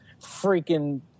freaking